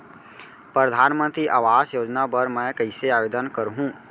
परधानमंतरी आवास योजना बर मैं कइसे आवेदन करहूँ?